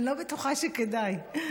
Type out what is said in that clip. אני לא בטוחה שכדאי.